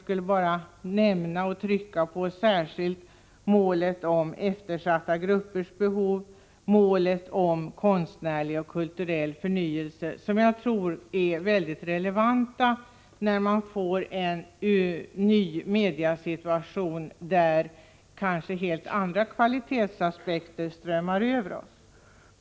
Jag vill särskilt trycka på målet som gäller eftersatta gruppers behov och målet som gäller konstnärlig och kulturell förnyelse. Jag tror att dessa är mycket relevanta när man får en ny mediesituation, där kanske helt andra kvalitetsaspekter blir aktuella.